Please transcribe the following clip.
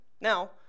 Now